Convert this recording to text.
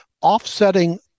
offsetting